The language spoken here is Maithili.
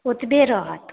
ओतबे रहत